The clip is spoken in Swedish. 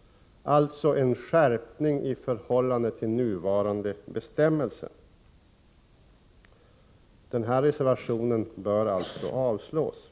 — alltså en skärpning i förhållande till nuvarande bestämmelse. Reservationen bör således avslås.